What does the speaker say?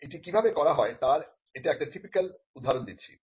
এটি কিভাবে করা হয় তার এটা একটি টিপিক্যাল উদাহরণ দিচ্ছি